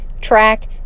track